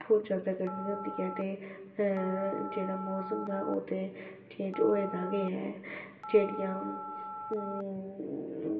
बहुत जादै गर्मी होंदी ऐ ते जेह्ड़ा मौसम ऐ ओह् ते चेंज होऐ दा गै ऐ ते जेह्ड़ियां